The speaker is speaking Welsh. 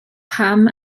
pam